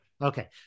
Okay